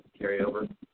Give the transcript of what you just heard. carryover